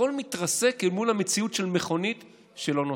הכול מתרסק אל מול המציאות של מכונית שלא נוסעת.